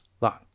long